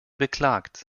beklagt